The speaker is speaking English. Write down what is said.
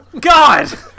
God